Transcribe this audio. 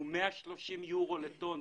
הוא 130 יורו לטון,